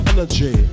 Energy